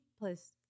plus